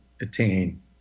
attain